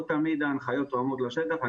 לא תמיד ההנחיות תואמות לשטח.